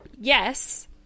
yes